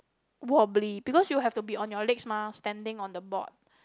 wobbly because you have to be on your legs mah standing on the board